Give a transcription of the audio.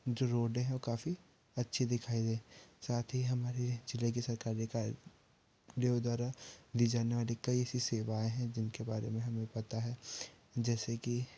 जो रोडें हैं वो काफ़ी अच्छी दिखाई दें साथ ही हमारे जिले के सरकारी कार्यों द्वारा दी जानी वाली कई ऐसी सेवाएं हैं जिनके बारे में हमें पता है जैसे कि